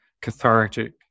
cathartic